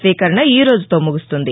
స్వీకరణ ఈరోజుతో ముగుస్తుంది